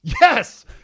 Yes